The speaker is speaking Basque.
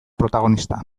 protagonista